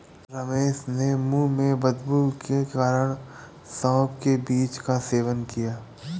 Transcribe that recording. रमेश ने मुंह में बदबू के कारण सौफ के बीज का सेवन किया